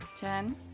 Jen